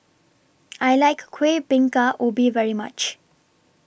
I like Kuih Bingka Ubi very much